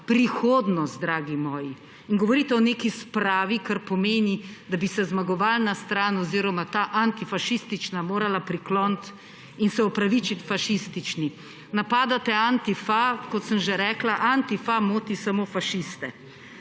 prihodnost, dragi moji. In govorite o neki spravi, kar pomeni, da bi se zmagovalna stran oziroma ta antifašistična morala prikloniti in se opravičiti fašistični. Napadate Antifa – kot sem že rekla, Antifa moti samo fašiste.